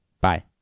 Bye